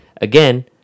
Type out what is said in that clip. again